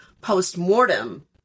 post-mortem